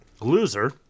Loser